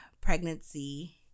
pregnancy